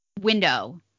window